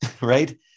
right